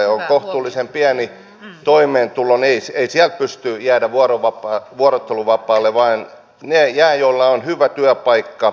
jos on kohtuullisen pieni toimeentulo ei sieltä pysty jäämään vuorotteluvapaalle vaan ne jäävät joilla on hyvä työpaikka